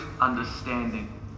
understanding